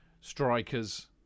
strikers